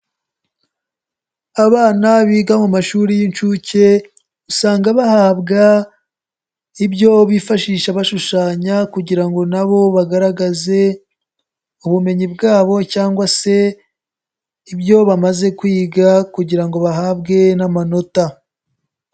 Abana biga mu mashuri y'inshuke, usanga bahabwa ibyo bifashisha bashushanya kugira ngo na bo bagaragaze ubumenyi bwabo cyangwa se ibyo bamaze kwiga kugira ngo bahabwe n'amanota.